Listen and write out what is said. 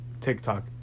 tiktok